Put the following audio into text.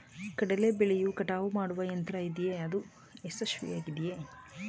ಕಡಲೆ ಬೆಳೆಯ ಕಟಾವು ಮಾಡುವ ಯಂತ್ರ ಇದೆಯೇ? ಅದು ಯಶಸ್ವಿಯಾಗಿದೆಯೇ?